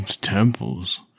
temples